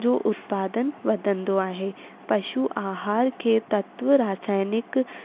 जो उत्पादन वधंदो आहे पशु आहार खे तत्व रासायनिक